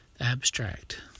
Abstract